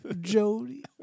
Jody